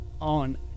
on